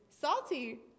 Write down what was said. salty